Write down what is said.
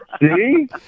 See